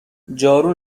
جارو